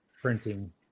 printing